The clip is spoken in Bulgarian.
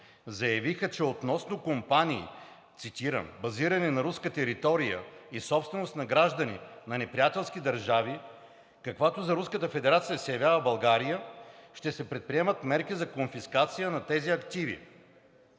заяви, че относно компании, цитирам: „базирани на руска територия и собственост на граждани на неприятелски държави“, каквато за Руската федерация се явява България, „ще се предприемат мерки за конфискация на тези активи.“